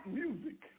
music